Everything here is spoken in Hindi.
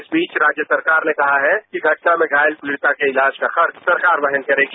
इस बीच राज्य सरकार ने कहा है कि घटना में घायल पीड़िता के इलाज का खर्च सरकार वहन करेगी